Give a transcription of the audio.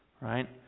Right